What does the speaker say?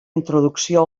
introducció